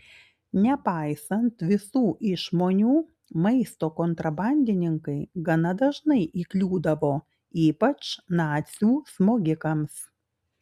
nepaisant visų išmonių maisto kontrabandininkai gana dažnai įkliūdavo ypač nacių smogikams